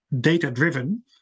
data-driven